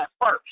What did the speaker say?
first